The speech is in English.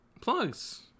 Plugs